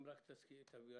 אם רק תביא אותן לוועדה.